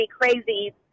crazy